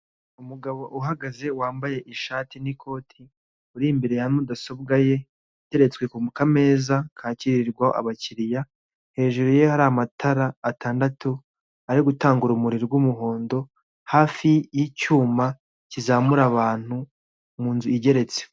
Umugabo uhagaze wambaye ishati n'ikoti uri imbere ya mudasobwa ye iteretswe ku k'ameza kakirirwaho abakiriya hejuru ye hari amatara atandatu ari gutanga urumuri rw'umuhondo hafi y'icyuma kizamura abantu mu nzu igeretse.